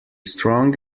strong